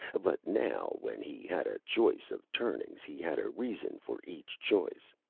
but now when he had a choice of turnings, he had a reason for each choice.